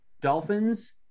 Dolphins